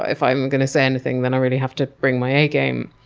if i'm gonna say anything then i really have to bring my a game.